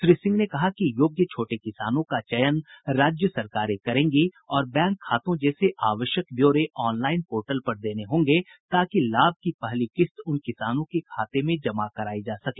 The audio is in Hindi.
श्री सिंह ने कहा कि योग्य छोटे किसानों का चयन राज्य सरकारें करेंगी और बैंक खातों जैसे आवश्यक ब्यौरे ऑनलाइन पोर्टल पर देने होंगे ताकि लाभ की पहली किश्त उन किसानों के खाते में जमा कराई जा सके